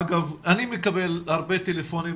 אגב, אני מקבל הרבה טלפונים